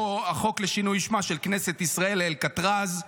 "החוק לשינוי שמה של כנסת ישראל לאלקטרז",